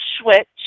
switch